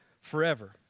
forever